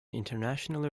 internationally